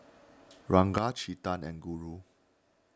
Ranga Chetan and Guru